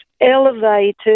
elevated